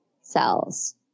cells